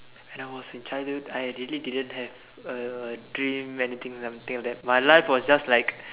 when I was in childhood I really didn't have a dream anything or something like that my life was just like